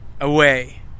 away